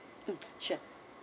mm sure